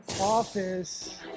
office